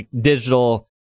digital